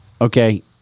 Okay